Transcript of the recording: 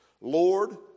Lord